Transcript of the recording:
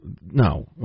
no